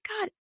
God